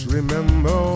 Remember